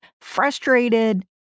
frustrated